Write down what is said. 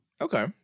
Okay